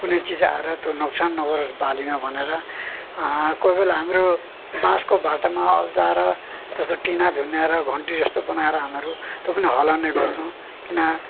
कुनै चिज आएर तो नोक्सान नगरोस् बालीमा भनेर कोही बेला हामीहरू बाँसको भाटामा अल्झाएर जस्तो टिना झुन्डाएर घन्टी जस्तो बनाएर हामीहरू त्यो पनि हलाउने गर्छौँ किन